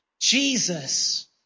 Jesus